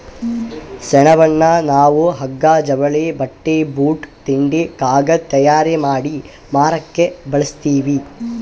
ಸೆಣಬನ್ನ ನಾವ್ ಹಗ್ಗಾ ಜವಳಿ ಬಟ್ಟಿ ಬೂಟ್ ತಿಂಡಿ ಕಾಗದ್ ತಯಾರ್ ಮಾಡಿ ಮಾರಕ್ ಬಳಸ್ತೀವಿ